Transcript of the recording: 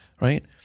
right